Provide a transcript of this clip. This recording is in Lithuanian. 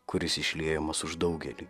kuris išliejamas už daugelį